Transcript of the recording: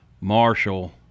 Marshall